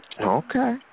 Okay